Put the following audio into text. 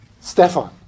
Stefan